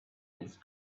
his